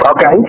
Okay